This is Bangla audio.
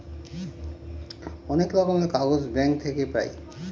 অনেক রকমের কাগজ ব্যাঙ্ক থাকে পাই